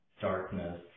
darkness